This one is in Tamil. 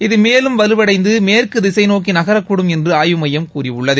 இது மேலும் வலுவடைந்து மேற்கு திசை நோக்கி நகரக்கூடும் என்று ஆய்வு மையம் கூறியுள்ளது